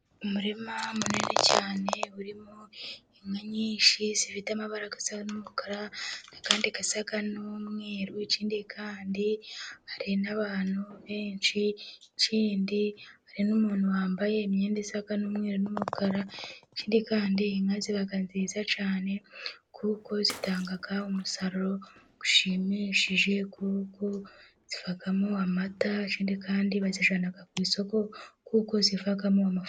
Umurima munini cyane, urimo inka nyinshi zifite amabara asa n'umukara, andi asa n'umweru. Ikindi kandi hari n'abantu benshi. Ikindi hari n'umuntu wambaye imyenda isa n'umweru n'umukara. Ikindi kandi inka ziba nziza cyane kuko zitanga umusaruro ushimishije kuko zivamo amata. Ikindi kandi bazijyana ku isoko kuko zivamo amafaranga.